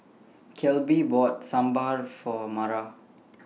Kelby bought Sambar For Mara